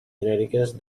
genèriques